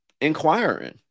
inquiring